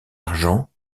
argent